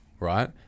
right